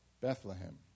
Bethlehem